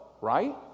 right